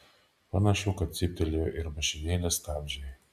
panašu kad cyptelėjo ir mašinėlės stabdžiai